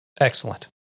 Excellent